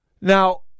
Now